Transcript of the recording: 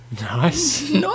Nice